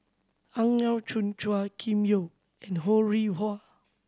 Ang Yau Choon Chua Kim Yeow and Ho Rih Hwa